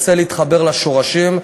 רוצה להתחבר לשורשים,